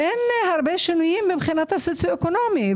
אין הרבה שינויים מבחינה סוציו-אקונומית.